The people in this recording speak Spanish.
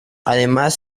además